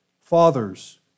Fathers